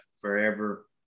forever